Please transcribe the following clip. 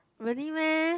really meh